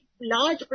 large